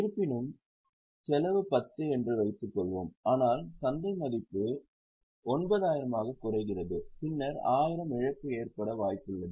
இருப்பினும் செலவு 10 என்று வைத்துக்கொள்வோம் ஆனால் சந்தை மதிப்பு 9000 ஆகக் குறைகிறது பின்னர் 1000 இழப்பு ஏற்பட வாய்ப்புள்ளது